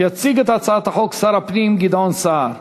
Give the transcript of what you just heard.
יציג את הצעת החוק שר הפנים גדעון סער.